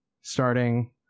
starting